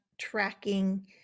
tracking